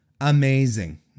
amazing